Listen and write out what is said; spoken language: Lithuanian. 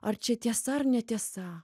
ar čia tiesa ar netiesa